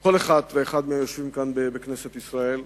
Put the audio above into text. כל אחד ואחת מהיושבים כאן בכנסת ישראל